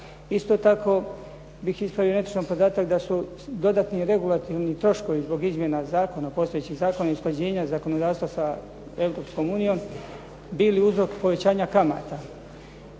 Isto tako bih ispravio netočan podatak da su dodatni regulativni troškovi zbog izmjena zakona, postojećih zakona i usklađenja zakonodavstva s Europskom unijom bili uzrok povećanja kamata.